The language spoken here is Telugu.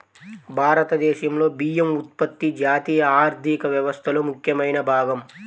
భారతదేశంలో బియ్యం ఉత్పత్తి జాతీయ ఆర్థిక వ్యవస్థలో ముఖ్యమైన భాగం